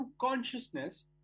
consciousness